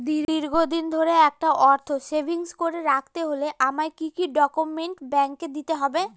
দীর্ঘদিন ধরে একটা অর্থ সেভিংস করে রাখতে হলে আমায় কি কি ডক্যুমেন্ট ব্যাংকে দিতে হবে?